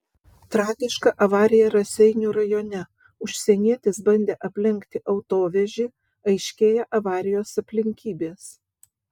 tragiška avarija raseinių rajone užsienietis bandė aplenkti autovežį aiškėja avarijos aplinkybės